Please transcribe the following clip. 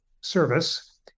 service